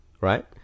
Right